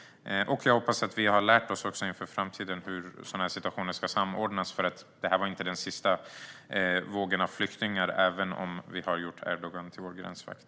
Jag hoppas att vi också har lärt oss inför framtiden hur sådana här situationer ska samordnas. Detta var inte den sista vågen av flyktingar, även om vi har gjort Erdogan till vår gränsvakt.